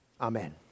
Amen